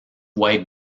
white